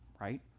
right